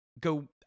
go